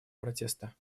протеста